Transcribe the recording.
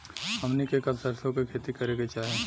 हमनी के कब सरसो क खेती करे के चाही?